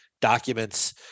documents